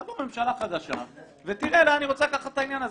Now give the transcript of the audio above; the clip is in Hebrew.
תבוא ממשלה חדשה ותראה לאן היא רוצה לקחת את העניין הזה,